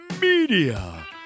media